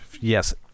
Yes